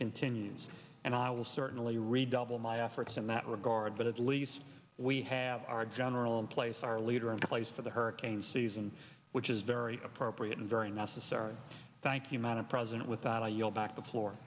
continues and i will certainly redouble my efforts in that regard but at least we have our general in place our leader in place for the hurricane season which is very appropriate and very necessary thank you madam president without i yield back the floor